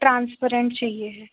transparent चाहिए है